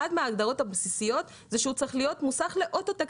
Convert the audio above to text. אחת ההגדרות הבסיסיות הוא שהוא צריך להיות מוסך לאוטו-טק,